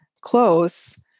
close